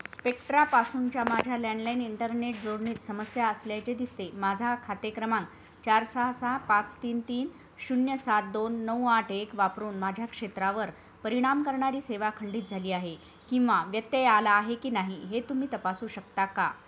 स्पेक्ट्रापासूनच्या माझ्या landline internet जोडणीत समस्या असल्याचे दिसते माझा खाते क्रमांक चार सहा सहा पाच तीन तीन शून्य सात दोन नऊ आठ एक वापरून माझ्या क्षेत्रावर परिणाम करणारी सेवा खंडित झाली आहे किंवा व्यत्यय आला आहे की नाही हे तुम्ही तपासू शकता का